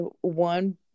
one